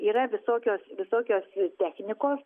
yra visokios visokios technikos